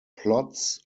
plots